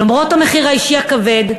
"למרות המחיר האישי הכבד,